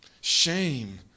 shame